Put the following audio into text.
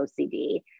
OCD